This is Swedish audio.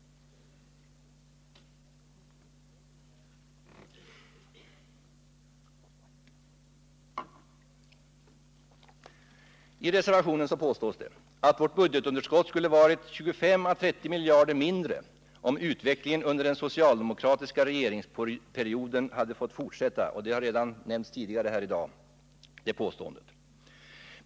I reservationen påstås att vårt budgetunderskott skulle ha varit 25 å 30 miljarder mindre om utvecklingen under den socialdemokratiska regeringsperioden hade fått fortsätta. Det påståendet har tagits upp tidigare i dag.